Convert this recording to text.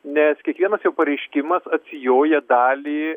nes kiekvienas jo pareiškimas atsijoja dalį